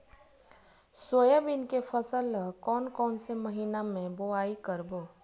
Soybean के फसल ल कोन कौन से महीना म बोआई करबो?